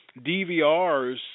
DVRs